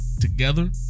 Together